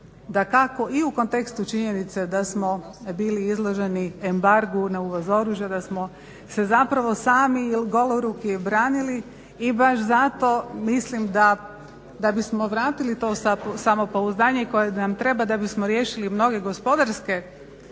dakako i u kontekstu činjenice da smo bili izloženi embargu na uvoz oružja, da smo se zapravo sami goloruki branili i baš zato mislim da bismo vratili to samopouzdanje koje nam treba da bismo riješili mnoge gospodarske